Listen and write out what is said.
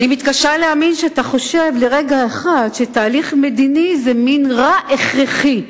אני מתקשה להאמין שאתה חושב לרגע אחד שתהליך מדיני זה מין רע הכרחי,